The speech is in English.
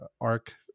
Arc